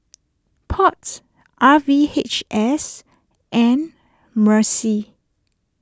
Pots R V H S and Mccy